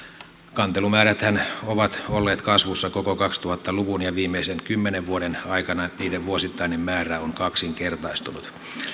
kantelumääräthän ovat olleet kasvussa koko kaksituhatta luvun ja viimeisten kymmenen vuoden aikana niiden vuosittainen määrä on kaksinkertaistunut